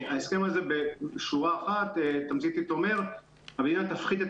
ההסכם הזה בשורה אחת תמציתית אומר שהמדינה תפחית את